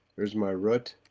there's my root.